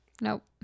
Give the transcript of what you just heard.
Nope